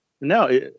no